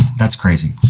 that's crazy.